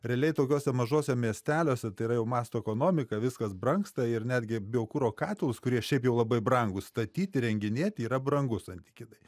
realiai tokiuose mažuose miesteliuose tai yra jau masto ekonomika viskas brangsta ir netgi biokuro katilus kurie šiaip jau labai brangūs statyt įrenginėt yra brangu santykinai